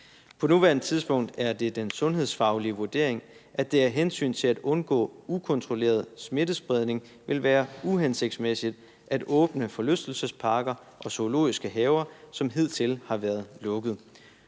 På nuværende tidspunkt er det den sundhedsfaglige vurdering, at det af hensyn til at undgå ukontrolleret smittespredning vil være uhensigtsmæssigt at åbne forlystelsesparker og zoologiske haver, som hidtil har været lukket.